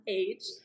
age